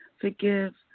forgive